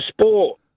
sport